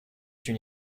une